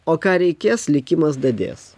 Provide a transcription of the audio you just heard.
o ką reikės likimas dadės